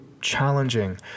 challenging